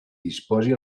disposi